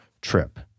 trip